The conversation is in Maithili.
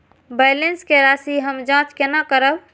बैलेंस के राशि हम जाँच केना करब?